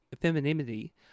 femininity